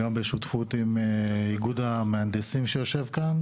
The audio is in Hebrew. כולל בשותפות עם איגוד המהנדסים שיושב כאן